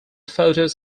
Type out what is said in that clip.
photos